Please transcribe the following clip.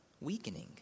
weakening